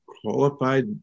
qualified